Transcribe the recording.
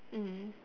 mm